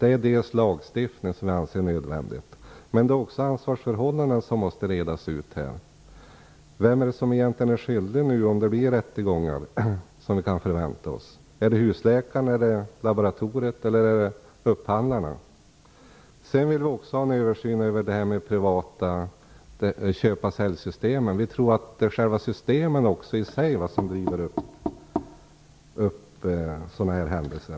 Vi anser att det är nödvändigt med lagstiftning, men även ansvarsförhållanden måste redas ut här. Vem är det egentligen som är skyldig om det blir rättegångar? Är det husläkarna, laboratoriet eller upphandlarna? Sedan vill vi också ha en översyn av de privata köpa-sälj-systemen. Vi tror att även själva systemen i sig driver fram sådana här händelser.